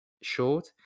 short